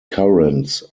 currents